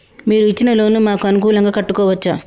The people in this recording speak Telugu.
మీరు ఇచ్చిన లోన్ ను మాకు అనుకూలంగా కట్టుకోవచ్చా?